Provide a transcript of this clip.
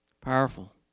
Powerful